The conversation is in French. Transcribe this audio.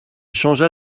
changea